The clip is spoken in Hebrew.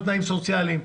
סוציאליים,